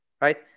Right